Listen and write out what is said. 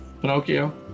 Pinocchio